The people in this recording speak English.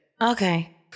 Okay